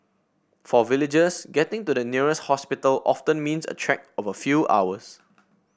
for villagers getting to the nearest hospital often means a trek of a few hours